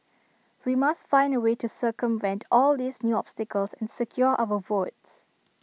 we must find A way to circumvent all these new obstacles and secure our votes